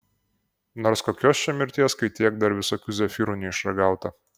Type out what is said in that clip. nors kokios čia mirties kai tiek dar visokių zefyrų neišragauta